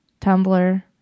Tumblr